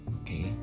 okay